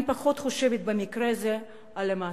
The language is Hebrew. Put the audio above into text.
אני פחות חושבת במקרה הזה על המעסיק,